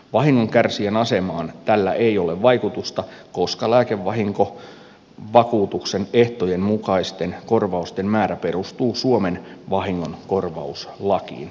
vahingonkärsijän asemaan tällä ei ole vaikutusta koska lääkevahinkovakuutuksen ehtojen mukaisten korvausten määrä perustuu suomen vahingonkorvauslakiin